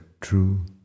true